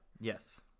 Yes